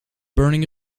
burning